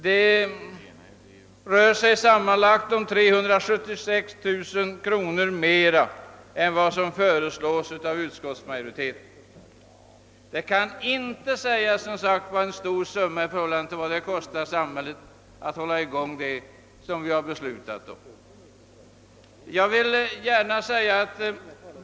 Det är sammanlagt 376 000 kronor mera än vad som föreslås av utskottsmajoriteten. Det kan inte sägas vara en stor summa i förhållande till vad det kostar samhället att hålla i gång det som föreslås i det utlåtande vi nu behandlar.